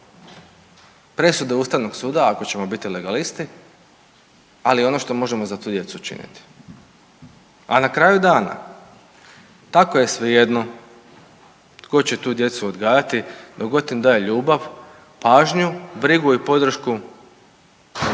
presude Ustavnog suda ako ćemo biti legalisti ali i ono što možemo za tu djecu učiniti. A na kraju dana tako je svejedno tko će tu djecu odgajati dok god im daje ljubav, pažnju, brigu i podršku